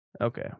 okay